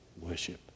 worship